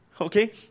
Okay